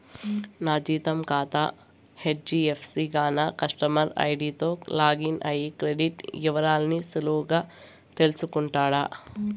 నా జీతం కాతా హెజ్డీఎఫ్సీ గాన కస్టమర్ ఐడీతో లాగిన్ అయ్యి క్రెడిట్ ఇవరాల్ని సులువుగా తెల్సుకుంటుండా